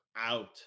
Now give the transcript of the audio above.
out